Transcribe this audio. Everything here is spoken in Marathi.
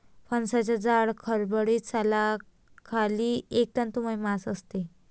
फणसाच्या जाड, खडबडीत सालाखाली एक तंतुमय मांस असते